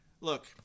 Look